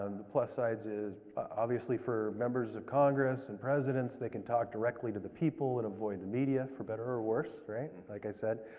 um the plus sides, obviously for members of congress and presidents, they can talk directly to the people and avoid the media, for better or worse, right? and like i said.